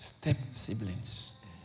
Step-siblings